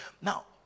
now